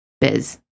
biz